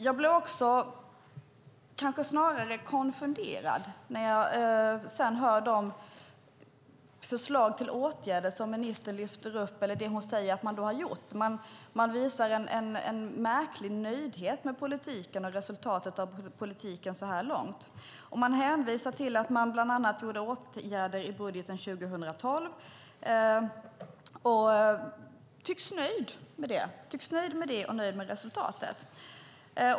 Jag blev snarare konfunderad när jag sedan hörde förslagen till åtgärder och det ministern säger att man har gjort. Man visar en märklig nöjdhet med politiken och resultatet av politiken så här långt. Man hänvisar till att man bland annat gjorde åtgärder i budgeten 2012 och tycks vara nöjd med det och med resultatet.